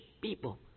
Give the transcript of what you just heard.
people